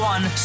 One